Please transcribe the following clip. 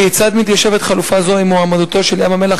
כיצד מתיישבת חלופה זו עם מועמדותו של ים-המלח